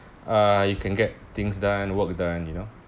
uh you can get things done work done you know